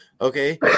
Okay